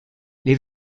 les